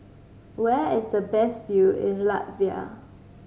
where is the best view in Latvia